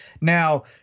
Now